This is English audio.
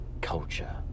culture